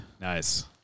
Nice